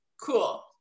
cool